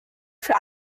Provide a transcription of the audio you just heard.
für